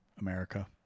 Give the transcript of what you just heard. America